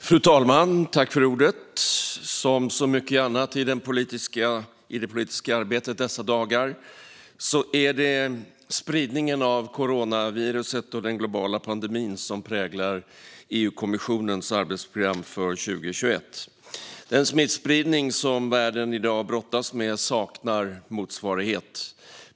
Fru talman! Som i så mycket annat av det politiska arbetet dessa dagar är det spridningen av coronaviruset och den globala pandemin som präglar Europa-kommissionens arbetsprogram för 2021. Den smittspridning som världen i dag brottas med saknar motsvarighet.